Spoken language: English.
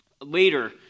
later